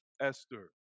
Esther